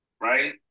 right